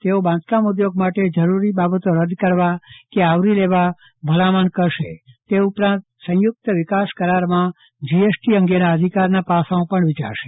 તેઓ બાંધકા ઉદ્યોગ માટે જરૂરી બાબતો રદ કરવા કે આવરી લેવા ભલામણ કરશે તે ઉપરાંત સંચુક્ત વિકાસ કરારમાં જીએસટી અંગેના અધિકારનાં પાસાંઓ પણ વિચારશે